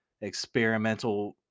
experimental